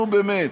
נו באמת,